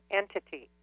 entity